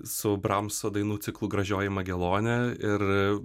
su bramso dainų ciklu gražioji magelonė ir